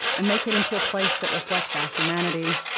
and make it into a place that reflects our humanity,